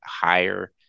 higher